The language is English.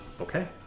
Okay